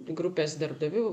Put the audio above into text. grupės darbdavių